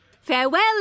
Farewell